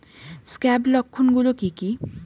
Scab লক্ষণ গুলো কি কি?